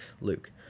luke